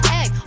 egg